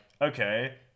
okay